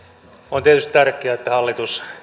on tietysti tärkeää että hallitus